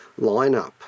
lineup